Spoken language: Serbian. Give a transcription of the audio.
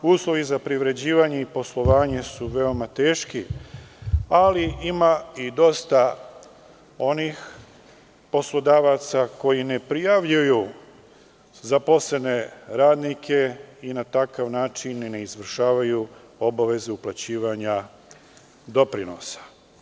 Uslovi za privređivanje i poslovanje su veoma teški, ali ima i dosta onih poslodavaca koji ne prijavljuju zaposlene radnike i na takav način ne izvršavaju obaveze uplaćivanja doprinosa.